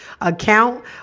account